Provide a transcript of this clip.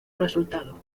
resultado